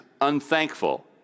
unthankful